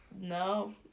no